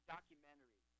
Documentary